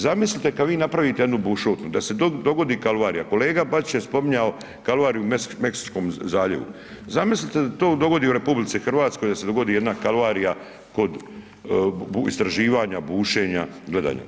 Zamislite kad vi napravite jednu bušotinu, da se dogodi kalvarija, kolega Bačić je spominjao kalvariju u Meksičkom zaljevi, zamislite da se to dogodi u RH da se dogodi jedna kalvarija kod istraživanja, bušenja, gledanja.